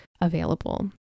available